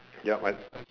yup I